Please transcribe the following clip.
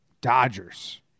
Dodgers